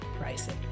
pricing